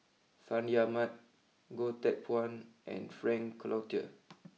Fandi Ahmad Goh Teck Phuan and Frank Cloutier